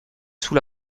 sous